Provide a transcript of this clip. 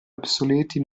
obsoleti